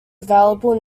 available